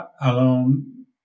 alone